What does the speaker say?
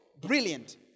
Brilliant